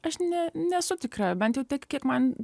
aš ne nesu tikra bent jau tiek kiek man